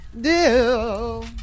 Deal